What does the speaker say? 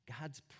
God's